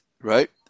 right